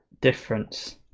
difference